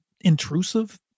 intrusive